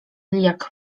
jak